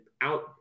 out